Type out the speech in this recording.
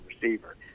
receiver